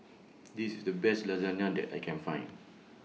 This IS The Best Lasagna that I Can Find